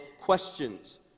questions